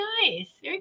nice